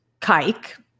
kike